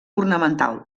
ornamental